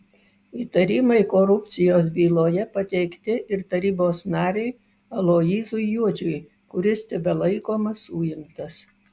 įtarimai korupcijos byloje pateikti ir tarybos nariui aloyzui juodžiui kuris tebelaikomas suimtas